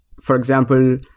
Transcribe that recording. for example,